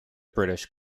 british